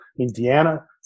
Indiana